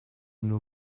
nur